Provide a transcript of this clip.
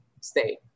stay